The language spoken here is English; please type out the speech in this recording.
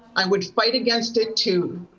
i would fight against it too.